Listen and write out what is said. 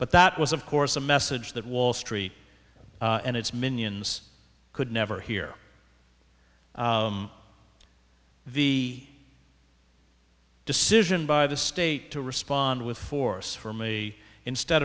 but that was of course a message that wall street and its minions could never hear the decision by the state to respond with force for me instead